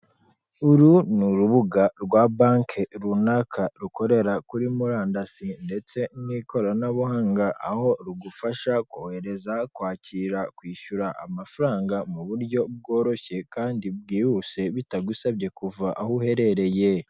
Uru ni urubuga rwa banki runaka rukorera kuri murandasi ndetse n'ikoranabuhanga aho rugufasha kohereza kwakira kwishyura amafaranga mu buryo bworoshye kandi bwihuse bitagusabye kuva aho uherereye.